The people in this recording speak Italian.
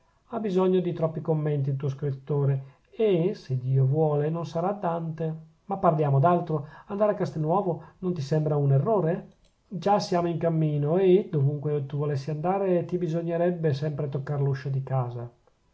ha bisogno di troppi commenti il tuo scrittore e se dio vuole non sarà dante ma parliamo d'altro andare a castelnuovo non ti sembra un errore già siamo in cammino e dovunque tu volessi andare ti bisognerebbe sempre toccar l'uscio di casa